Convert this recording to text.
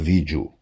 Vídeo